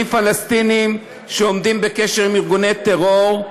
פלסטיניים שעומדים בקשר עם ארגוני טרור,